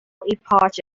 epoch